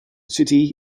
city